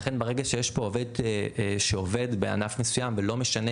ולכן ברגע שיש פה עובד שעובד בענף מסוים ולא משנה